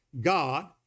God